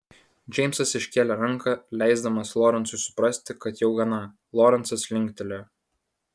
džeimsas iškėlė ranką leisdamas lorencui suprasti kad jau gana lorencas linktelėjo